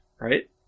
right